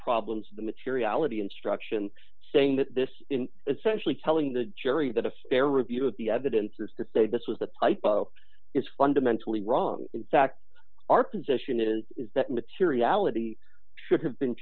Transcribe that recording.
problems the materiality instruction saying that this essentially telling the jury that a fair review of the evidence is to say this was the type of is fundamentally wrong in fact our position is is that materiality should have been